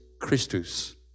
Christus